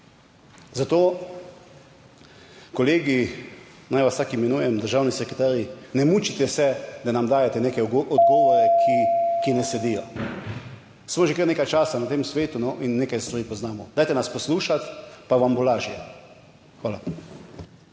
Zato kolegi, naj vas vsak imenujem državni sekretarji ne mučite se, da nam dajete neke odgovore, ki ne sedijo. Smo že kar nekaj časa na tem svetu in nekaj stvari poznamo. Dajte nas poslušati, pa vam bo lažje. Hvala.